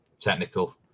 technical